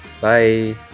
bye